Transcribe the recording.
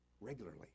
regularly